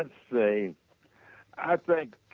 and say i think